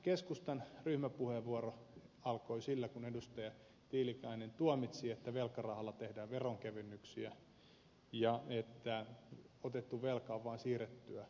keskustan ryhmäpuheenvuoro alkoi sillä kun edustaja tiilikainen tuomitsi että velkarahalla tehdään veronkevennyksiä ja että otettu velka on vain siirrettyä veroa